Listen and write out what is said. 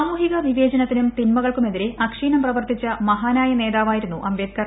സാമൂഹിക വിവേചനത്തിനും തിന്മകൾക്കുമെതിരെ അക്ഷീണം പ്രവർത്തിച്ച മഹാനായ നേതാവായിരുന്നു അംബേദ്ക്കർ